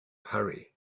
hurry